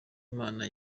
imana